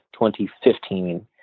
2015